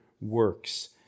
works